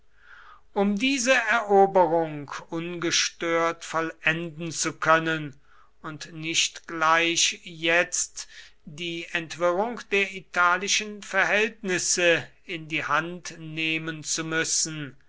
um diese eroberung ungestört vollenden zu können und nicht gleich jetzt die entwirrung der italischen verhältnisse in die hand nehmen zu müssen